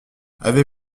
avez